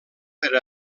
per